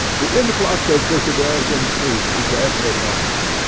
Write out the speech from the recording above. the influx of visitors increases every moment.